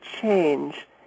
change